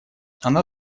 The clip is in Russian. она